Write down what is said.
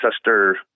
sister